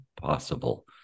possible